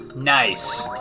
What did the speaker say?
Nice